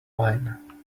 wine